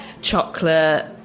chocolate